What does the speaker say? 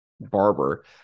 barber